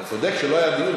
אתה צודק שלא היה דיון.